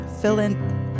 fill-in-